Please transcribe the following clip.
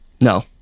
No